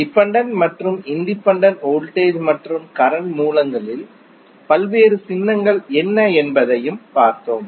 dependent மற்றும் independent voltage மற்றும் current மூலங்களின் பல்வேறு சின்னங்கள் என்ன என்பதையும் பார்த்தோம்